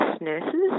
nurses